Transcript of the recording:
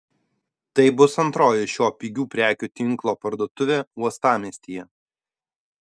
tai bus antroji šio pigių prekių tinklo parduotuvė uostamiestyje